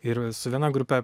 ir su viena grupe